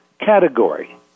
category